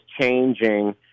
changing